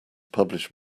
publish